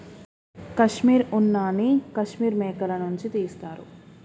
కాశ్మీర్ ఉన్న నీ కాశ్మీర్ మేకల నుంచి తీస్తారు